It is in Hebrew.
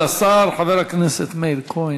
הדרך, לא, בדיעבד טעינו.